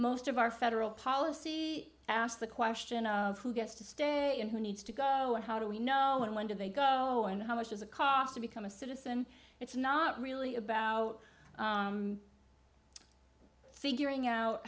most of our federal policy asked the question of who gets to stay and who needs to go and how do we know and when do they go and how much does it cost to become a citizen it's not really about figuring out